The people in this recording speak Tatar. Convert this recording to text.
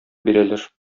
бирәләр